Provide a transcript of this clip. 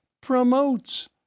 promotes